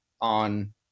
on